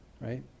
right